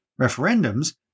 referendums